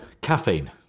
caffeine